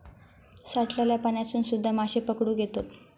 साठलल्या पाण्यातसून सुध्दा माशे पकडुक येतत